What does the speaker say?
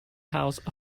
house